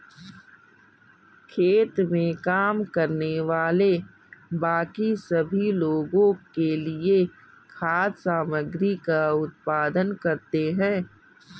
खेत में काम करने वाले बाकी सभी लोगों के लिए खाद्य सामग्री का उत्पादन करते हैं